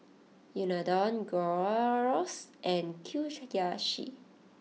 Unadon Gyros and Kushiyaki